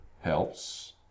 helps